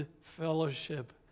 fellowship